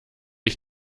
ich